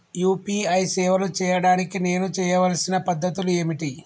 UPI సేవలు చేయడానికి నేను చేయవలసిన పద్ధతులు ఏమిటి?